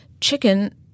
chicken